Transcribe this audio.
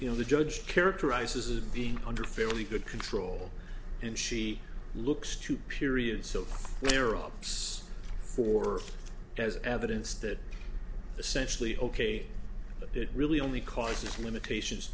you know the judge characterizes as being under fairly good control and she looks to period so there ups for as evidence that essentially ok it really only causes limitations